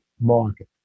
market